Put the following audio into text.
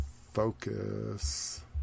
focus